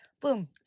boom